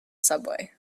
subway